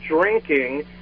drinking